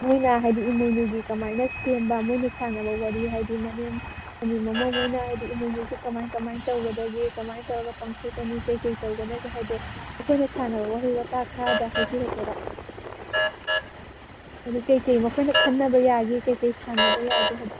ꯃꯣꯏꯅ ꯍꯥꯏꯗꯤ ꯏꯃꯣꯏꯅꯨꯒꯤ ꯀꯃꯥꯏꯅ ꯁꯦꯝꯕ ꯃꯣꯏꯅ ꯁꯥꯟꯅꯕ ꯋꯥꯔꯤ ꯍꯥꯏꯗꯤ ꯃꯅꯦꯝ ꯃꯅꯤ ꯃꯃꯧ ꯃꯣꯏꯅ ꯍꯥꯏꯗꯤ ꯏꯃꯣꯏꯅꯨꯁꯦ ꯀꯃꯥꯏ ꯀꯃꯥꯏ ꯇꯧꯒꯗꯒꯦ ꯀꯃꯥꯏ ꯇꯧꯔꯒ ꯄꯥꯡꯊꯣꯛꯀꯅꯤ ꯀꯩꯀꯩ ꯇꯧꯒꯗꯒꯦ ꯍꯥꯏꯗꯣ ꯃꯈꯣꯏꯅ ꯁꯥꯟꯅꯕ ꯋꯥꯍꯩ ꯋꯇꯥ ꯈꯔꯗ ꯍꯥꯏꯕꯤꯔꯛꯀꯦꯔꯥ ꯍꯥꯏꯗꯤ ꯀꯩꯀꯩ ꯃꯈꯣꯏꯅ ꯈꯟꯅꯕ ꯌꯥꯒꯦ ꯀꯩꯀꯩ ꯁꯥꯟꯅꯕ ꯌꯥꯒꯦ ꯍꯥꯏꯗꯣ